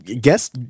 guess